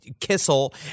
Kissel